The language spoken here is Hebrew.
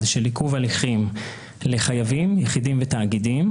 של עיכוב הליכים של חייבים יחידים ותאגידיים.